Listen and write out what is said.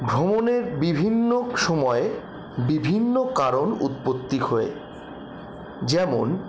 ভ্রমণের বিভিন্ন সময় বিভিন্ন কারণ উৎপত্তি হয় যেমন